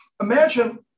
Imagine